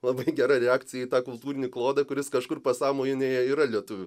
labai gera reakcija į tą kultūrinį klodą kuris kažkur pasąmonėje yra lietuvių